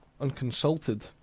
unconsulted